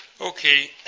Okay